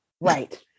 right